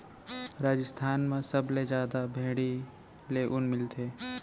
राजिस्थान म सबले जादा भेड़ी ले ऊन मिलथे